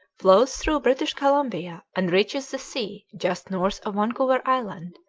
flows through british columbia and reaches the sea just north of vancouver island,